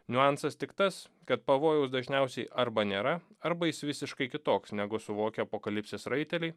niuansas tik tas kad pavojaus dažniausiai arba nėra arba jis visiškai kitoks negu suvokia apokalipsės raiteliai